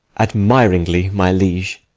admiringly, my liege.